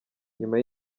nyuma